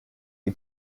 ihn